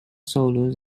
solos